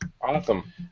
Awesome